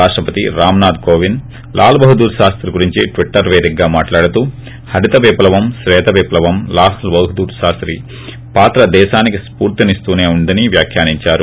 రాష్టపతి రామ్ నాధ్ కోవింద్ లాల్ బహదూర్ శాస్తి గురించీ ట్వటర్ పేదికగా మాట్లాడుతూ హరిత విప్లవం శ్వేత విప్లవం లాల్ బహదూర్ శాస్తి పాత్ర దేశానికి స్పూర్తినిస్తూనే ఉందని వ్యాఖ్యానించారు